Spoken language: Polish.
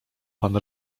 pan